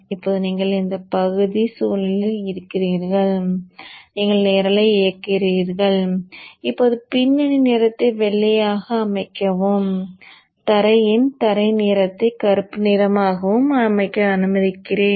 இப்போது நீங்கள் இந்த பகுதி சூழலில் இருக்கிறீர்கள் நீங்கள் நிரலை இயக்குகிறீர்கள் இப்போது பின்னணி நிறத்தை வெள்ளையாக அமைக்கவும் தரையின் தரை நிறத்தை கருப்பு நிறமாகவும் அமைக்க அனுமதிக்கிறேன்